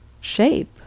shape